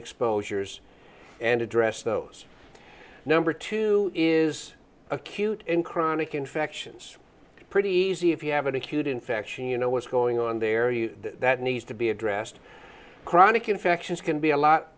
exposures and address those number two is acute and chronic infections pretty easy if you have an acute infection you know what's going on there that needs to be addressed chronic infections can be a lot